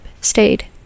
stayed